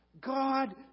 God